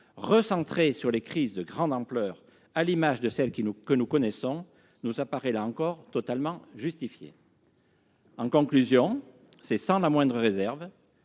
recentré sur les crises de grande ampleur, à l'image de celle que nous connaissons, nous apparaît là encore totalement justifiée. En conclusion, c'est sans la moindre réserve